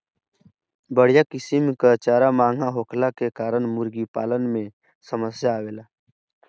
बढ़िया किसिम कअ चारा महंगा होखला के कारण मुर्गीपालन में समस्या आवेला